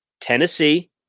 Tennessee